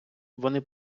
вони